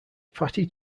fatty